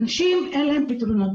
אנשים אין להם פתרונות.